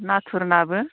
नाथुर नाबो